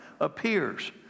appears